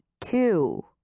two